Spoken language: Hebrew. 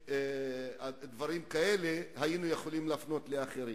דברים כאלה היינו יכולים להפנות לאחרים.